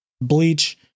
Bleach